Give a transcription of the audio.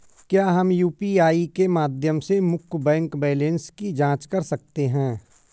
क्या हम यू.पी.आई के माध्यम से मुख्य बैंक बैलेंस की जाँच कर सकते हैं?